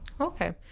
Okay